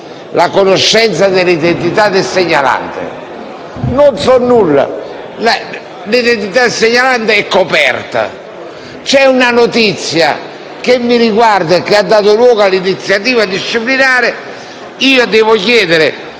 la conoscenza dell'identità del segnalante? Non so nulla. L'identità del segnalante è coperta, c'è una notizia che mi riguarda e che ha dato luogo a un'iniziativa disciplinare e io devo chiedere